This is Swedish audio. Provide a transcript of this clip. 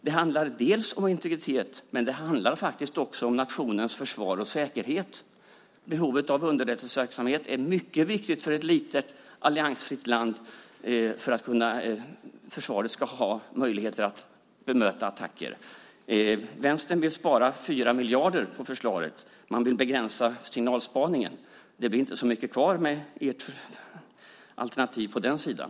Det handlar om integritet, men det handlar faktiskt också om nationens försvar och säkerhet. Behovet av underrättelseverksamhet är mycket viktigt för ett litet alliansfritt land för att försvaret ska ha möjlighet att bemöta attacker. Vänstern vill spara 4 miljarder på försvaret. Man vill begränsa signalspaningen. Det blir inte så mycket kvar med ert alternativ på den sidan.